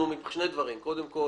קודם כל